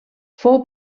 fou